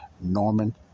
Norman